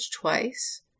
twice